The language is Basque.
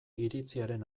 iritziaren